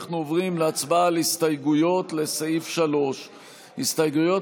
אנחנו עוברים להצבעה על הסתייגויות לסעיף 3. הסתייגויות